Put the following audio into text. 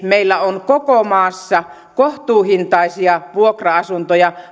meillä on erityisesti koko maassa kohtuuhintaisia vuokra asuntoja